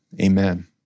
amen